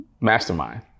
mastermind